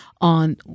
on